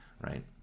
Right